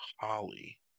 Holly